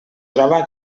troba